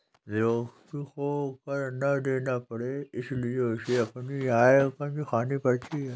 व्यक्ति को कर ना देना पड़े इसलिए उसे अपनी आय कम दिखानी पड़ती है